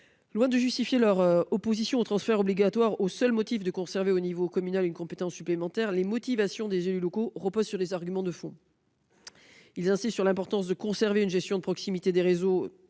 Loin de justifier leur opposition au transfert obligatoire par le seul désir de conserver à l'échelon communal une compétence supplémentaire, les élus locaux avancent des arguments de fond. Ainsi, ils insistent sur l'importance de conserver une gestion de proximité des réseaux